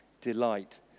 Delight